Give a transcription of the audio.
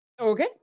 Okay